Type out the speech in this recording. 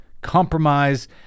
compromise